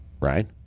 Right